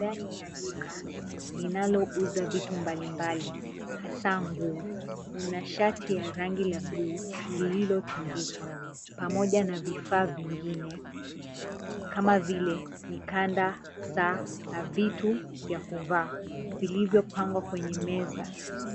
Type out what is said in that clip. Ndani ya duka linalouza vitu mbalimbali hasa nguo. Kuna shati ya rangi la buluu lililotundikwa pamoja na vifaa vingine kama vile mikanda, saa na vitu vya kuvaa vilivyopangwa kwenye meza.